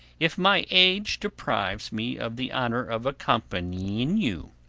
if my age deprives me of the honour of accompanying you.